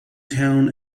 town